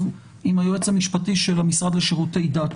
עם היועץ המשפטי של המשרד לשירותי דת,